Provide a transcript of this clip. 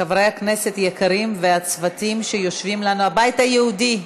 חברי כנסת יקרים והצוותים שיושבים, הבית היהודי,